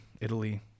Italy